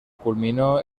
culminó